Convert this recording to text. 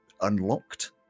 unlocked